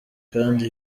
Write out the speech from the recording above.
kandi